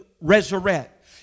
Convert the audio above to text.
resurrect